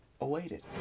awaited